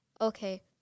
Okay